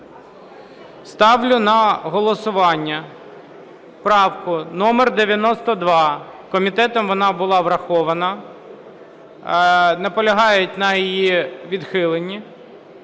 Ставлю на голосування правку номер 92. Комітетом вона була врахована. Наполягають на її відхилені.